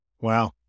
Wow